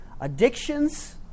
addictions